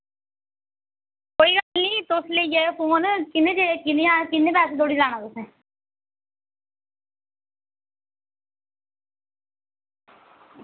कोई गल्ल नेईं तुस लेई जाएओ फोन किन्ने किन्ने किन्ने पैसे धोड़ी लैना तुसें